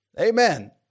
Amen